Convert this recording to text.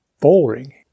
boring